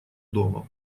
дома